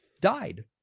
died